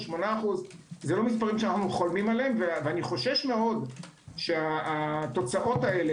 8%. אלה לא מספרים שאנו חולמים עליהם ואני חושש מאוד שהתוצאות כאלה,